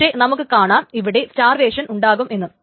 പക്ഷേ നമുക്ക് കാണാം ഇവിടെ സ്റ്റാർവേഷൻ ഉണ്ടാകും എന്ന്